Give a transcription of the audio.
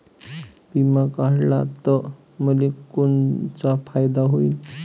बिमा काढला त मले कोनचा फायदा होईन?